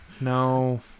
no